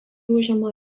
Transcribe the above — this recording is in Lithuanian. užima